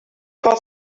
got